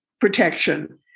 protection